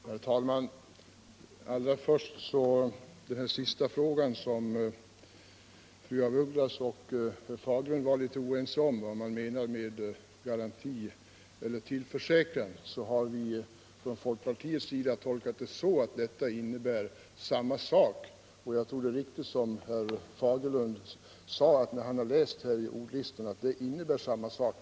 Herr talman! När det gäller den här sista frågan, som fru af Ugglas och herr Fagerlund var litet oense om, nämligen vad man menar med garanti eller tillförsäkran, har vi från folkpartiets sida tolkat det så att detta innebär samma sak. Jag tror alltså det är riktigt som herr Fagerlund sade, sedan han läst i ordlistan, att det innebär samma sak.